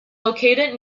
located